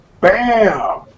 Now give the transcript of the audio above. Bam